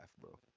bro